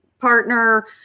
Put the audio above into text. partner